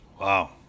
Wow